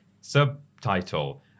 Subtitle